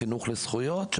בחינוך לזכויות,